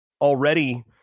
already